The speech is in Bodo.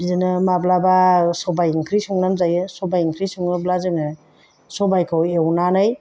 बिदिनो माब्लाबा सबाय ओंख्रि संनानै जायो सबाय ओंख्रि सङोब्ला जोङो सबायखौ एवनानै